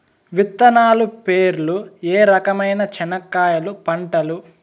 విత్తనాలు పేర్లు ఏ రకమైన చెనక్కాయలు పంటలు?